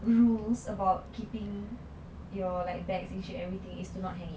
rules about keeping your like bags in everything is to not hang it